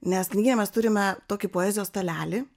nes knygyne mes turime tokį poezijos stalelį